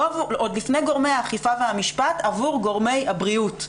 עוד לפני גורמי האכיפה והמשפט עבור גורמי הבריאות.